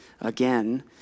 Again